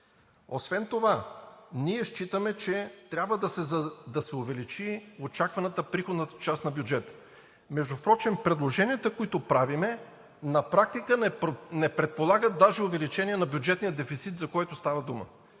Освен това, ние считаме, че трябва да се увеличи очакваната приходна част на бюджета. Впрочем предложенията, които правим, на практика не предполагат даже увеличение на бюджетния дефицит, за което става дума,